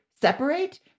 separate